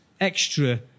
extra